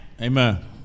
Amen